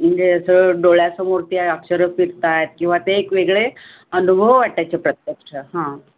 म्हणजे असं डोळ्यासमोर ते अक्षरं फिरत आहेत किंवा ते एक वेगळे अनुभव वाटायचे प्रत्यक्ष हां